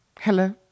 Hello